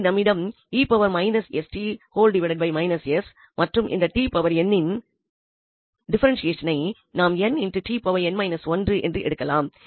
இங்கு நம்மிடம் மற்றும் இந்த இன் டிஃபரென்ஷியேஷனை நாம் என்று எடுக்கலாம்